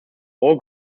all